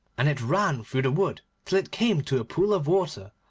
and it ran through the wood till it came to a pool of water.